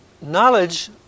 knowledge